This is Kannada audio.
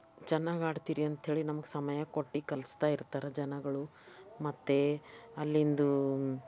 ಚೆನ್ನಾಗಿ ಆಡ್ತೀರಿ ಅಂಥೇಳಿ ನಮ್ಗೆ ಸಮಯ ಕೊಟ್ಟು ಕಲಿಸ್ತಾ ಇರ್ತಾರೆ ಜನಗಳು ಮತ್ತು ಅಲ್ಲಿಂದೂ